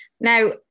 Now